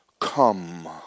come